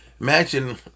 Imagine